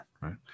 right